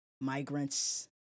migrants